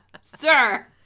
Sir